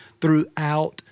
throughout